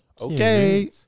Okay